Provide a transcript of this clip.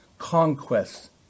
conquests